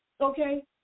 Okay